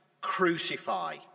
Crucify